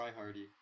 tryhardy